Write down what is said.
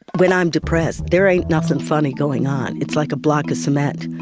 when i'm depressed, there ain't nothing funny going on, it's like a block of cement.